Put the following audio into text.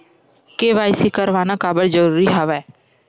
KYC करवाना काबर जरूरी हवय?